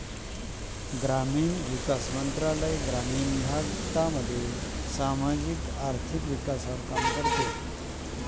ग्रामीण ईकास मंत्रालय ग्रामीण भारतना सामाजिक आर्थिक ईकासवर काम करस